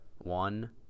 one